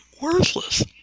worthless